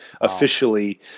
officially